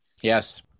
Yes